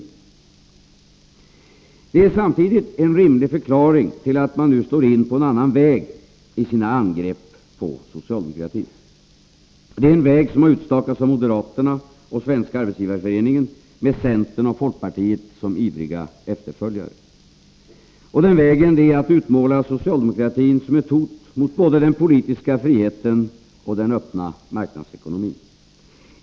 Detta är samtidigt en rimlig förklaring till att man nu slår in på en annan väg i sina angrepp på socialdemokratin. Det är en väg som har utstakats av moderaterna och Svenska arbetsgivareföreningen med centern och folkpartiet som ivriga efterföljare. Den vägen innebär att man utmålar socialdemokratin som ett hot mot både den politiska friheten och den öppna marknadsekonomin.